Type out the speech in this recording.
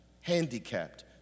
handicapped